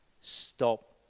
Stop